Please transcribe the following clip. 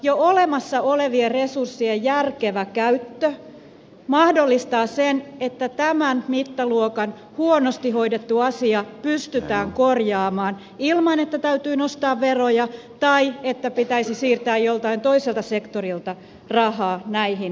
jo olemassa olevien resurssien järkevä käyttö mahdollistaa sen että tämän mittaluokan huonosti hoidettu asia pystytään korjaamaan ilman että täytyy nostaa veroja tai että pitäisi siirtää joltain toiselta sektorilta rahaa näihin asioihin